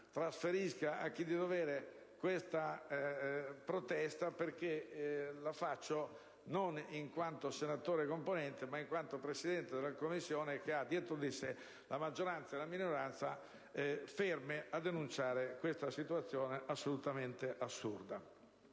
trasferisca a chi di dovere questa protesta, che faccio non in quanto senatore, ma in quanto Presidente della 8a Commissione, che rappresenta maggioranza e minoranza, ferme a denunciare questa situazione assolutamente assurda.